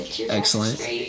Excellent